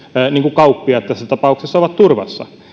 kauppiaat tässä tapauksessa ovat turvassa